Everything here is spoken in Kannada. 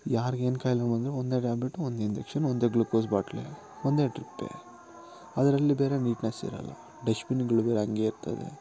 ಯಾರಿಗೆ ಏನು ಖಾಯ್ಲೆ ಬಂದರೂ ಒಂದೇ ಟ್ಯಾಬ್ಲೆಟ್ ಒಂದು ಇಂಜೆಕ್ಷನ್ ಒಂದೇ ಗ್ಲುಕೋಸ್ ಬಾಟ್ಲಿ ಒಂದೇ ಡ್ರಿಪ್ಪೆ ಅದರಲ್ಲಿ ಬೇರೆ ನೀಟ್ನೆಸ್ ಇರೋಲ್ಲ ಡಶ್ಬಿನ್ನುಗಳ್ ಬೇರೆ ಹಾಗೆ ಇರ್ತದೆ